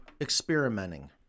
experimenting